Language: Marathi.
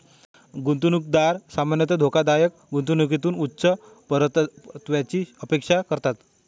गुंतवणूकदार सामान्यतः धोकादायक गुंतवणुकीतून उच्च परताव्याची अपेक्षा करतात